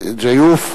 כיוף.